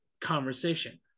conversation